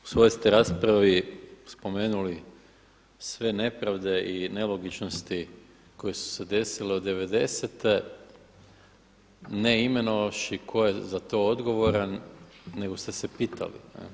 U svojoj ste raspravi spomenuli sve nepravde i nelogičnosti koje su se desile od devedesete ne imenovavši tko je za to odgovoran, nego ste se pitali.